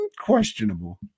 questionable